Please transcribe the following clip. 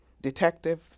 detective